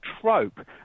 trope